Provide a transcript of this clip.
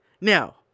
Now